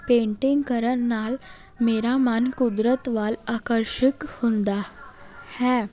painting ਕਰਨ ਨਾਲ ਮੇਰਾ ਮਨ ਕੁਦਰਤ ਵੱਲ ਆਕਰਸ਼ਕ ਹੁੰਦਾ ਹੈ